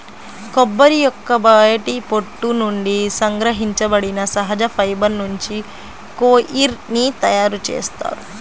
కొబ్బరి యొక్క బయటి పొట్టు నుండి సంగ్రహించబడిన సహజ ఫైబర్ నుంచి కోయిర్ ని తయారు చేస్తారు